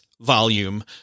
volume